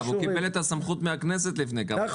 אגב הוא קיבל את הסמכות מן הכנסת לפני כמה שנים.